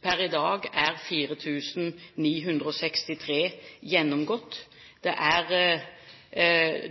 Per i dag er 4 963 gjennomgått. Det er